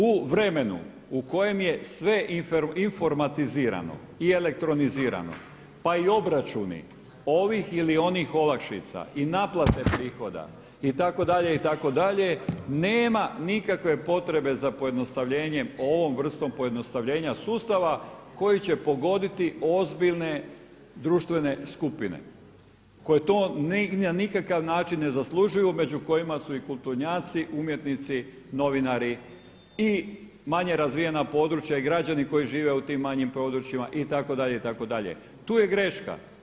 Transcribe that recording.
U vremenu u kojem je sve informatizirano i elektrizirano pa i obračuni ovih ili onih olakšica i naplate prihoda itd., itd. nema nikakve potrebe za pojednostavljenjem ovom vrstom pojednostavljenja sustava koji će pogoditi ozbiljne društvene skupine koje to na nikakav način ne zaslužuju među kojima su i kulturnjaci, umjetnici, novinari i manje razvijena područja i građani koji žive u tim područjima itd., itd. tu je greška.